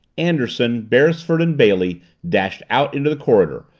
anderson, beresford, and billy dashed out into the corridor,